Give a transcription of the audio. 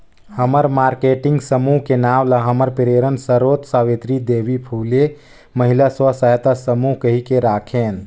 हमन मारकेटिंग समूह के नांव ल हमर प्रेरन सरोत सावित्री देवी फूले महिला स्व सहायता समूह कहिके राखेन